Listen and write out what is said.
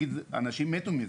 אנשים מתו מזה.